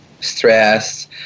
stress